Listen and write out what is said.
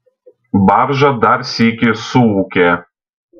barža dar sykį suūkė